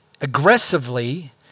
aggressively